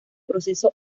proceso